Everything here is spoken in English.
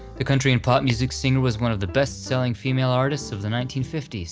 the country in pop music singer was one of the best-selling female artists of the nineteen fifty s,